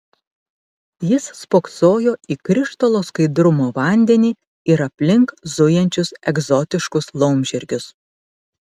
jis spoksojo į krištolo skaidrumo vandenį ir aplink zujančius egzotiškus laumžirgius